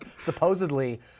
supposedly